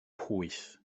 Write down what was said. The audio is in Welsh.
pwyth